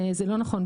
זה לא נכון.